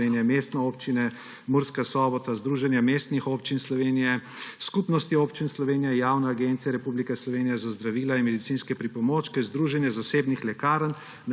Mestne občine Murska Sobota, Združenja mestnih občin Slovenije, Skupnosti občin Slovenije, Javne agencije Republike Slovenije za zdravila in medicinske pripomočke, Združenja zasebnih lekarn